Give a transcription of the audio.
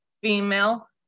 female